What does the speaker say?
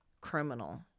Criminal